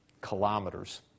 kilometers